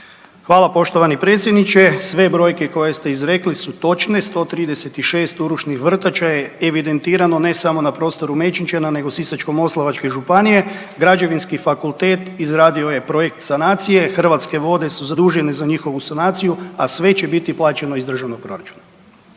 Hvala poštovani predsjedniče. Sve brojke koje ste izrekli su točne. 136 urušnih vrtača je evidentirano ne samo na prostoru Mečenčana nego Sisačko-moslavačke županije. Građevinski fakultet izradio je projekt sanacije, Hrvatske vode su zadužene za njihovu sanaciju, a sve će biti plaćeno iz državnog proračuna.